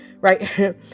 right